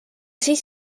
siis